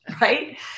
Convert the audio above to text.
right